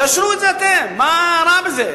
תאשרו את זה אתם, מה רע בזה?